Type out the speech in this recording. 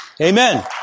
Amen